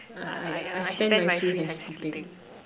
I I I spend my free time sleeping